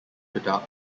tetap